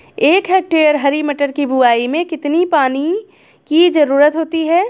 एक हेक्टेयर हरी मटर की बुवाई में कितनी पानी की ज़रुरत होती है?